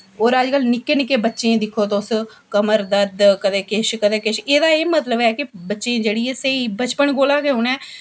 होर अज्जकल निक्के निक्के बच्चें गी दिक्खो तुस कमर दर्द कदें किश कदें किश एह्दा एह् मतलब ऐ कि बच्चें गी जेह्ड़ी ऐ स्हेई बचपन कोला गै उ'नेंगी